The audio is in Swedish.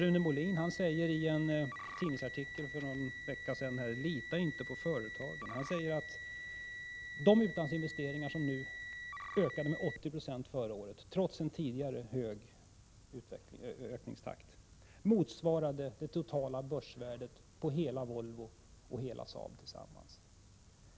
Rune Molin säger i en tidningsartikel för någon vecka sedan: Lita inte på företagen! Han säger att de utlandsinvesteringar som ökade med 80 4 förra året, trots en tidigare hög ökningstakt, motsvarade det totala börsvärdet på hela Volvo och hela Saab tillsammans.